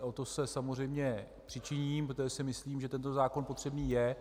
O to se samozřejmě přičiním, protože si myslím, že tento zákon potřebný je.